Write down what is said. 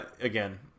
again